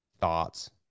thoughts